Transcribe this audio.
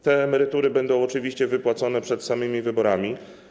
Te emerytury będą oczywiście wypłacone przed samymi wyborami.